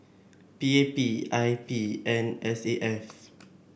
P A P I P and S A F